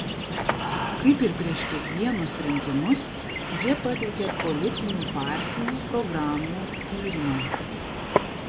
kaip ir prieš kiekvienus rinkimus jie pateikia politinių partijų programų tyrimą